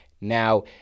Now